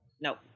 No